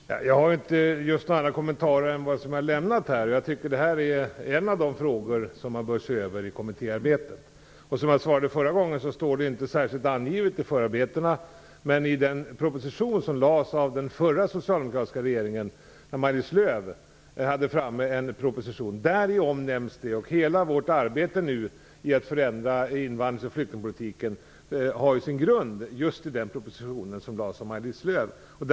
Fru talman! Jag har just inte några andra kommentarer än vad jag har lämnat. Detta är en av de frågor man bör se över i kommittéarbetet. Som jag svarade förra gången står det inte särskilt angivet i förarbetena. I den proposition som lades fram av den förra socialdemokratiska regeringen, av Maj-Lis Lööw, omnämns den. Hela vårt arbete med att förändra invandrings och flyktingpolitiken har sin grund i den proposition som lades fram av Maj-Lis Lööw.